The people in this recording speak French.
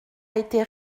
été